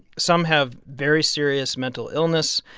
some have very serious mental illness.